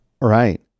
Right